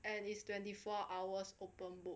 and is twenty four hours open book